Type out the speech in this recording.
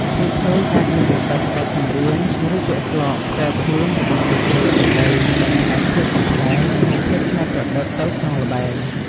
ក្មេងៗអាចនឹងបង្កើតបទចម្រៀង ឬពាក្យស្លោកផ្ទាល់ខ្លួនរបស់ពួកគេ ដើម្បីបន្ថែមភាពកំប្លែង និងភាពច្នៃប្រឌិតទៅក្នុងល្បែង។